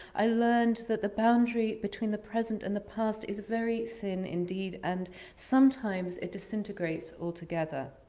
i learned that the boundary between the present and the past is very thin indeed and sometimes it disintegrates altogether.